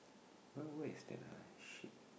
why waste an eye shit